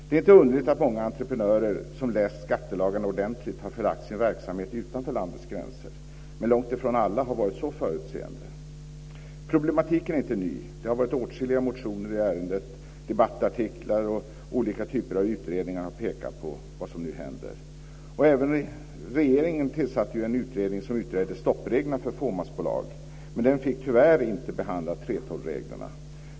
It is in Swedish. Det är inte underligt att många entreprenörer, som läst skattelagen ordentligt, har förlagt sin verksamhet utanför landets gränser, men långt ifrån alla har varit så förutseende. Problematiken är inte ny. Det har varit åtskilliga motioner i ärendet, debattartiklar och olika typer av utredningar har pekat på vad som händer. Regeringen tillsatte en utredning som utredde stoppreglerna för fåmansbolag, men den fick tyvärr inte behandla 3:12 reglerna.